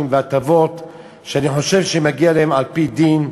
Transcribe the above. והטבות שאני חושב שמגיעות להם על-פי דין,